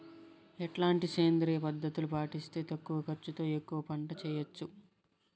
ఎట్లాంటి సేంద్రియ పద్ధతులు పాటిస్తే తక్కువ ఖర్చు తో ఎక్కువగా పంట చేయొచ్చు?